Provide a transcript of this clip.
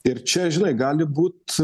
ir čia žinai gali būt